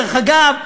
דרך אגב,